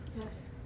Yes